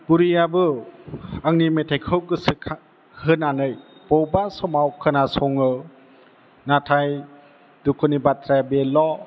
बुरैआबो आंनि मेथाइखौ गोसोखा होनानै बबेबा समाव खोना सङो नाथाय दुखुनि बाथ्राया बेल'